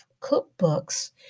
cookbooks